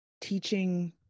teaching